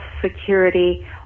security